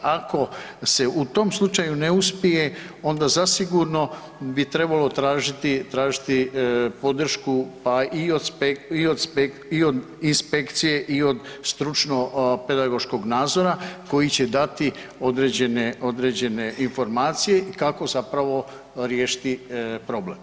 Ako se u tom slučaju ne uspije onda zasigurno bi trebalo tražiti podršku, pa i od inspekcije i od stručno-pedagoškog nadzora koji će dati određene informacije kako zapravo riješiti problem.